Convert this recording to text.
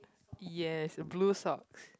yes blue socks